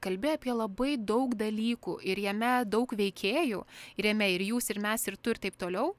kalbi apie labai daug dalykų ir jame daug veikėjų ir jame ir jūs ir mes ir tu ir taip toliau